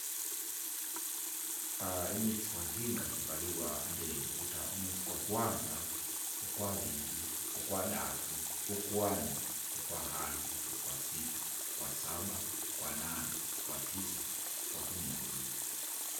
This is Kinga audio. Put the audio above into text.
imwesi kwakikinga kivalirwa andi ukuta; umwesi gwakwanza, ukwaviri, ukwadatu, ukwane, ukwahano, ukwasita, ukwasaba, ukwanane, ukwanane, ukwatisa, ukwa kumi nambili.